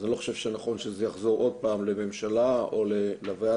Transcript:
אז אני לא חושב שנכון שזה יחזור עוד פעם לממשלה או לוועדה.